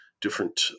different